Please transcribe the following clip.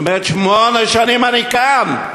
היא אומרת: שמונה שנים אני כאן.